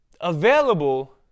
available